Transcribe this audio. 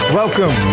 welcome